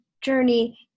journey